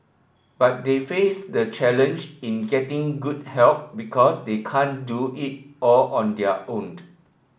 but they face the challenge in getting good help because they can't do it all on their owned